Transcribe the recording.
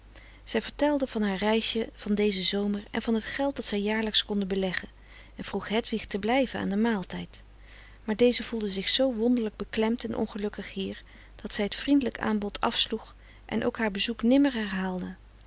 zij vertelde van haar reisje van dezen zomer en van t geld dat zij jaarlijks konden beleggen en vroeg hedwig te blijven aan den maaltijd maar deze voelde zich zoo wonderlijk beklemd en ongelukkig hier dat zij het vriendelijk aanbod afsloeg en ook haar bezoek nimmer herhaalde